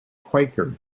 quaker